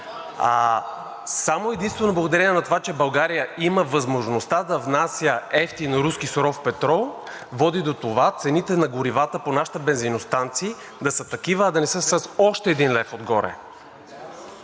Само и единствено благодарение на това, че България има възможността да внася евтин руски суров петрол, води до това цените на горивата по нашите бензиностанции да са такива, а да не са с още 1,00 лв. отгоре.